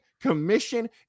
commission